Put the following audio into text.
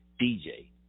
DJ